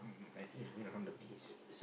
I think he's going to harm the bees